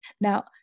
Now